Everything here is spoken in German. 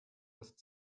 ist